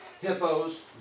hippos